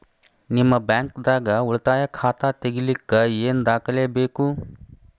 ನಿಮ್ಮ ಬ್ಯಾಂಕ್ ದಾಗ್ ಉಳಿತಾಯ ಖಾತಾ ತೆಗಿಲಿಕ್ಕೆ ಏನ್ ದಾಖಲೆ ಬೇಕು?